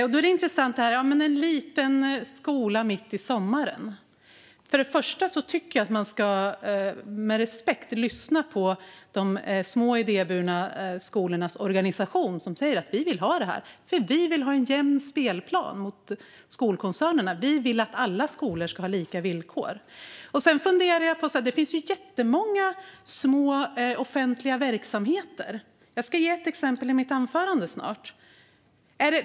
Det här med en liten skola och mitt i sommaren är intressant. Till att börja med tycker jag att man ska lyssna med respekt på de små idéburna skolornas organisation, som säger: Vi vill ha det här, för vi vill ha en jämn spelplan med skolkoncernerna. Vi vill att alla skolor ska ha lika villkor. Det finns jättemånga små offentliga verksamheter. Jag ska snart ge ett exempel i mitt anförande.